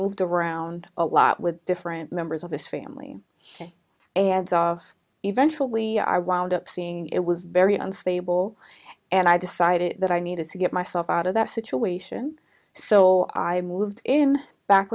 moved around a lot with different members of his family and of eventually i wound up seeing it was very unstable and i decided that i needed to get myself out of that situation so i moved in back